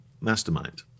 mastermind